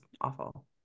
awful